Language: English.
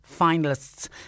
finalists